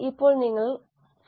ഇപ്പോൾ നമുക്ക് ഉൽപ്പനം നോക്കാം